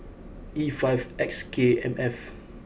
E five X K M F